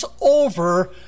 over